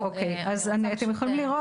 אז אתם יכולים לראות,